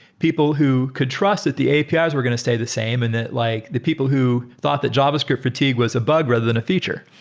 people who could trust that the apis were going to stay the same and that like the people who thought that javascript fatigue was a bug rather than a feature.